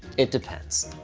it depends.